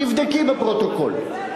תבדקי בפרוטוקול.